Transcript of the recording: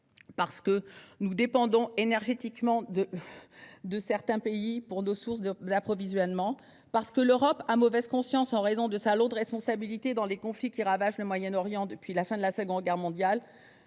parce que nous dépendons de certains pays pour notre approvisionnement énergétique, parce que l'Europe a mauvaise conscience en raison de sa lourde responsabilité dans les conflits qui ravagent le Moyen-Orient depuis la fin de la Seconde Guerre mondiale.